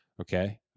Okay